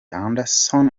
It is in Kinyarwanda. anderson